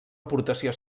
aportació